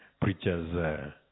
preacher's